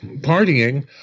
partying